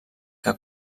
que